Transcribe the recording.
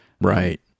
Right